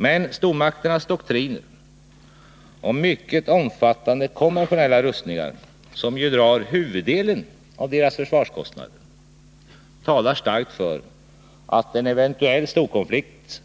Men stormakternas doktriner och mycket omfattande konventionella rustningar — som ju drar huvuddelen av deras försvarskostnader — talar starkt för att en eventuell storkonflikt